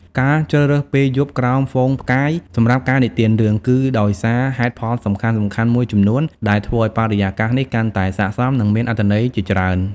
ការជ្រើសរើសពេលយប់ក្រោមហ្វូងផ្កាយសម្រាប់ការនិទានរឿង គឺដោយសារហេតុផលសំខាន់ៗមួយចំនួនដែលធ្វើឲ្យបរិយាកាសនេះកាន់តែស័ក្តិសម និងមានអត្ថន័យជាច្រើន ។